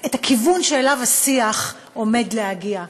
הכיוון שאליו השיח עומד להגיע,